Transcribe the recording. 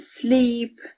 sleep